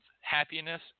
happiness